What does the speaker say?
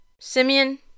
Simeon